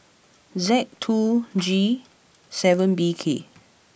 Z two G seven B K